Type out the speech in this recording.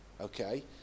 Okay